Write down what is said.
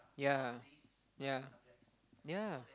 yeah yeah yeah